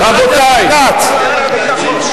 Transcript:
חבר הכנסת כץ.